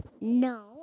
No